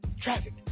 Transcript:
traffic